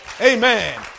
Amen